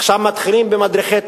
עכשיו מתחילים במדריכי תיירים.